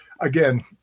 Again